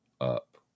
up